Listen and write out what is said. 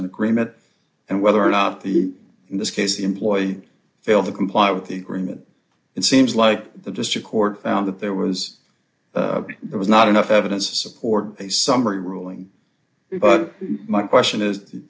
an agreement and whether or not the in this case the employee failed to comply with the remit and seems like the district court found that there was there was not enough evidence to support a summary ruling but my question is do